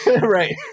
Right